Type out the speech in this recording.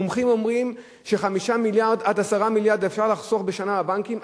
מומחים אומרים ש-5 מיליארד עד 10 מיליארד אפשר לחסוך בשנה בבנקים,